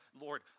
Lord